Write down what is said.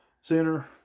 Center